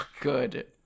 Good